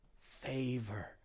Favor